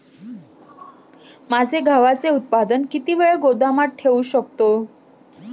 माझे गव्हाचे उत्पादन किती वेळ गोदामात ठेवू शकतो?